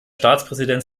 staatspräsident